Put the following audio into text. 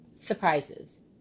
surprises